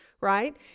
right